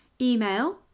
email